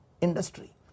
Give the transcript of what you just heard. industry